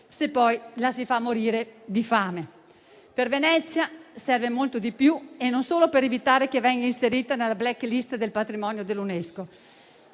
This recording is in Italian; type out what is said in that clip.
se poi la si fa morire di fame. Per Venezia serve molto di più e non solo per evitare che venga inserita nella *black list* del patrimonio dell'UNESCO.